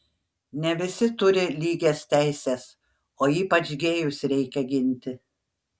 ne visi turi lygias teises o ypač gėjus reikia ginti